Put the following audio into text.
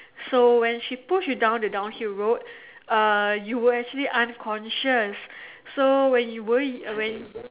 so when she push you down the downhill road uh you were actually unconscious so when you worry uh when